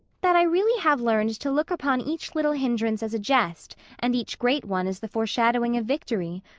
that i really have learned to look upon each little hindrance as a jest and each great one as the foreshadowing of victory.